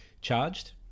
charged